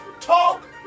talk